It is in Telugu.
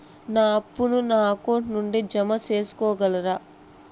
నా అప్పును నా అకౌంట్ నుండి జామ సేసుకోగలరా?